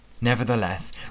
Nevertheless